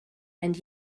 and